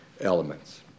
elements